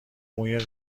موی